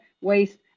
Waste